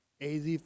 AZ